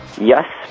yes